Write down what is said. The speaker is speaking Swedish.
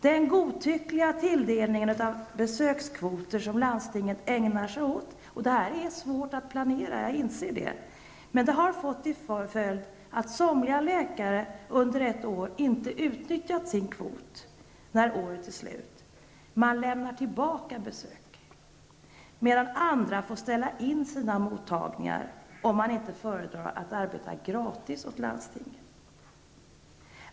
Den godtyckliga tilldelning av besökskvoter som landstingen ägnar sig åt -- detta är svårt att planera -- jag inser det, har fått till följd att somliga läkare under ett år inte utnyttjat sin kvot när året är slut, och man lämnar då tillbaka besök. Andra får däremot ställa in sina mottagningar om de inte föredrar att arbeta gratis åt landstinget.